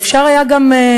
אפשר היה גם,